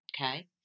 Okay